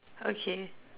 okay